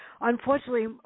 unfortunately